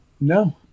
No